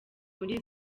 muri